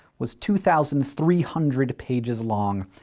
was two thousand three hundred pages long.